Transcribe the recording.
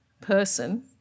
person